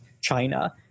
China